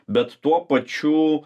bet tuo pačiu